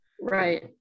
right